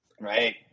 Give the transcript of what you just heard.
Right